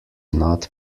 not